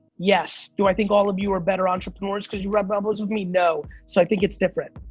yes. do i think all of you are better entrepreneurs cause you rub elbows with me? no. so i think it's different.